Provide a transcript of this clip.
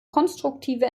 konstruktive